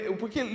porque